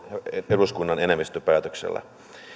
eduskunnan enemmistön päätöksellä